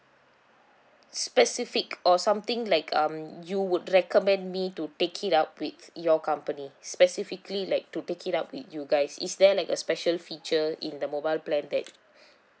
specific or something like um you would recommend me to take it up with your company specifically like to take it up with you guys is there like a special feature in the mobile plan that